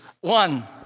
one